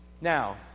Now